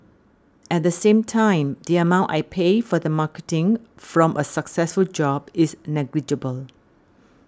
at the same time the amount I pay for the marketing from a successful job is negligible